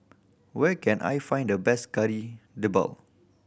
where can I find the best Kari Debal